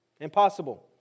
Impossible